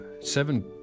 seven